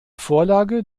vorlage